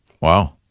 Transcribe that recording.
Wow